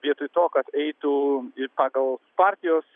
vietoj to kad eitų pagal partijos